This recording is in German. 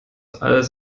als